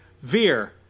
Veer